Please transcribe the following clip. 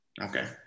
Okay